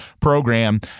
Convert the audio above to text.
program